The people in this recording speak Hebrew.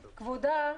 כבודה,